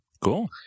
Cool